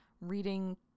reading